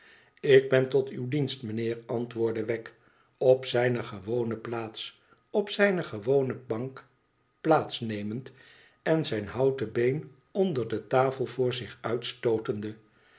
ik ben tot uw dienst mijnheer antwoordde wegg op zijne gewone plaats op zijne gewone bank plaats nemende en zijn houten been onder de tafel voor zich uitstootende